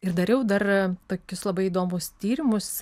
ir dariau dar tokius labai įdomius tyrimus